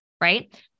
right